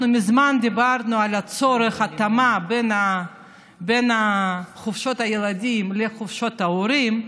מזמן דיברנו על הצורך להתאים את חופשות הילדים לחופשות ההורים.